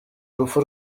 rupfu